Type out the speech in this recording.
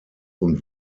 und